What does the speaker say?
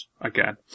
again